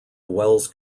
wells